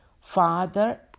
Father